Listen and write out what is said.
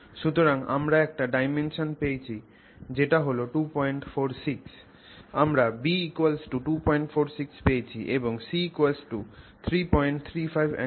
সুতরাং আমরা একটা ডাইমেনশন পেয়েছি যেটা হল 246 আমরা b246 পেয়েছি এবং c335 angstroms পেয়েছি